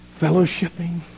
fellowshipping